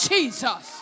Jesus